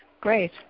great